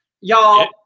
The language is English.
Y'all